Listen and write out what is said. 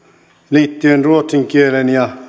liittyen ruotsin kieleen ja